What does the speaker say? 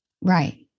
Right